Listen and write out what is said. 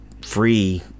free